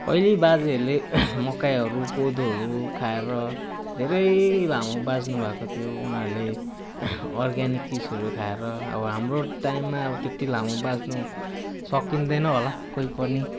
पहिले बाजेहरूले मकैहरू कोदोहरू खाएर धेरै लामो बाँच्नुभएको थियो उनीरूले अर्ग्यानिक चिजहरू खाएर अब हाम्रो टाइममा अब त्यति लामो बाँच्नु सकिँदैन होला कोही पनि